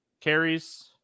carries